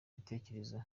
ibitekerezo